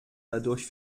dadurch